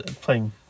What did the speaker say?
playing